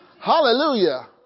Hallelujah